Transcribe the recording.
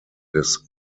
des